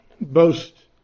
boast